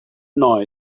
noise